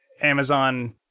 amazon